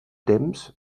temps